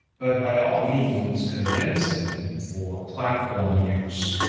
but by all means condense them for platform use.